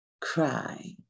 cry